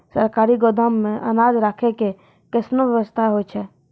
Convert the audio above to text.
सरकारी गोदाम मे अनाज राखै के कैसनौ वयवस्था होय छै?